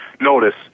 notice